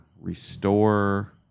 Restore